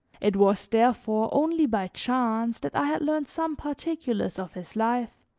it was, therefore, only by chance that i had learned some particulars of his life,